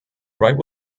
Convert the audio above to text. wright